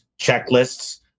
checklists